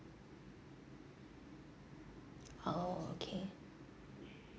orh okay